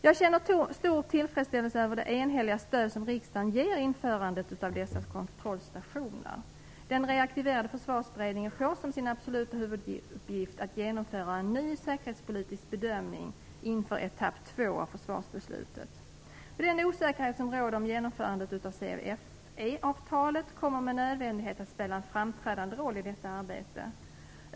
Jag känner stor tillfredsställelse över det enhälliga stöd som riksdagen ger införandet av dessa kontrollstationer. Den reaktiverade Försvarsberedningen får som sin absoluta huvuduppgift att genomföra en ny säkerhetspolitisk bedömning inför etapp 2 av försvarsbeslutet. Den osäkerhet som råder om genomförandet av CFE-avtalet kommer med nödvändighet att spela en framträdande roll i detta arbete.